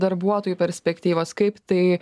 darbuotojų perspektyvos kaip tai